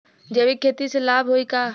जैविक खेती से लाभ होई का?